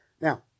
Now